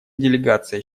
делегация